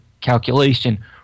calculation